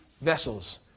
Vessels